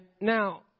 now